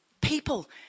people